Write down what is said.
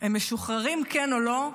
הם משוחררים, כן או לא,